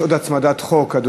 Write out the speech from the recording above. יש הצעת חוק מוצמדת,